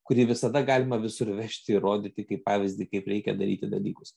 kurį visada galima visur vežti ir rodyti kaip pavyzdį kaip reikia daryti dalykus